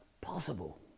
possible